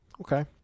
Okay